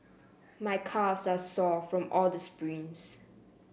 my calves are sore from all the sprints